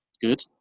Good